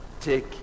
take